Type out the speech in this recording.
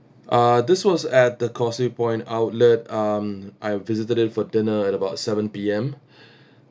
uh this was at the causeway point outlet um I visited it for dinner at about seven P_M